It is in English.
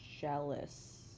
jealous